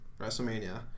WrestleMania